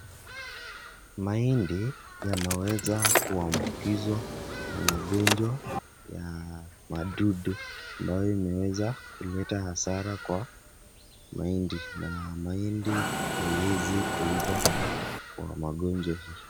Mahindi yameweza kuambukizwa na magonjwa ya wadudu ambayo imeweza kuleta hasara kwa mahindi na mahindi haiwezi kuiva kwa magonjwa hii.